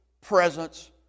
presence